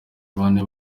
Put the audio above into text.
bane